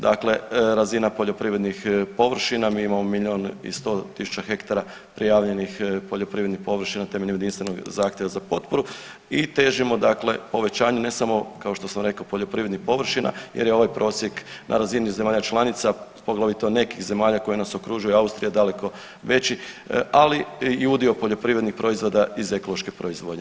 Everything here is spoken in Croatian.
Dakle, razina poljoprivrednih površina mi imamo milijun i 100 tisuća hektara prijavljenih poljoprivrednih površina temeljem jedinstvenog zahtjeva za potporu i težimo dakle povećanju ne samo kao što sam rekao poljoprivrednih površina jer je ovaj prosjek na razini zemalja članica poglavito nekih zemalja koje nas okružuju, Austrija daleko veći, ali i udio poljoprivrednih proizvoda iz ekološke proizvodnje.